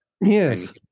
Yes